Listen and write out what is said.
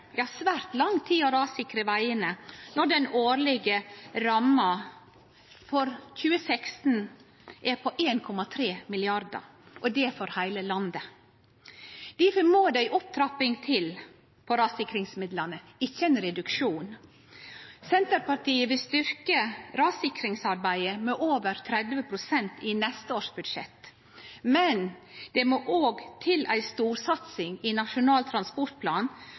svært lang tid å rassikre vegane når ramma for 2016 er på 1,3 mrd. kr, og det for heile landet. Difor må det ei opptrapping til av rassikringsmidlane ‒ ikkje ein reduksjon. Senterpartiet vil styrkje rassikringsarbeidet med over 30 pst. i neste års budsjett. Men det må òg til ei storsatsing i Nasjonal transportplan